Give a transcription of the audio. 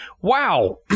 wow